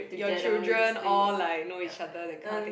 your children all like know each others that kind of thing